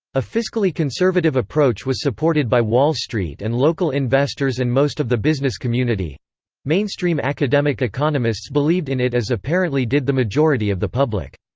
a fiscally conservative approach was supported by wall street and local investors and most of the business community mainstream academic economists believed in it as apparently did the majority of the public.